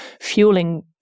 fueling